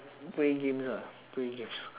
play games ah play games